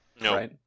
No